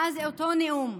מאז אותו נאום,